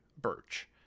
Birch